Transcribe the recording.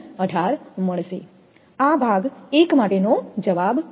18 મળશે આ ભાગ એક માટેનો જવાબ છે